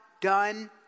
done